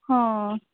ହଁ